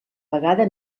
vegada